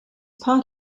part